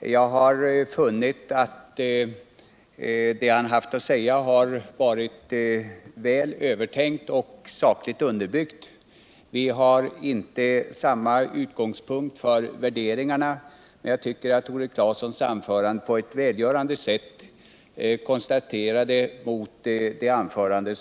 Jag har funnit att det han haft att säga varit väl övertänkt och sakligt underbyggt. Vi har inte samma utgångspunkt för värderingarna, men jag tycker att Tore Claesons anförande på ct välgörande sätt kontrasterade mot Jörn Svenssons anförande.